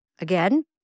Again